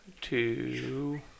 two